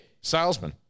salesman